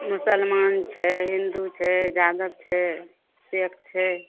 मुसलमान छै हिन्दू छै यादव छै शेख छै